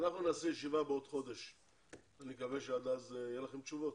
אנחנו נקיים ישיבה בעוד חודש ואני מקווה שעד אז יהיו לכם תשובות.